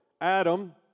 Adam